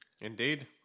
Indeed